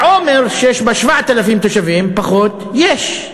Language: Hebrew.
בעומר, שיש בה 7,000 תושבים, פחות, יש.